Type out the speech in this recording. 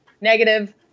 negative